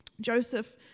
Joseph